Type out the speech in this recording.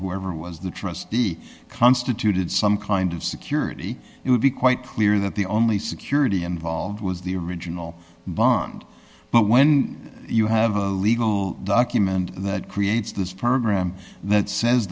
whoever was the trustee constituted some kind of security it would be quite clear that the only security involved was the original bond but when you have a legal document that creates this program that says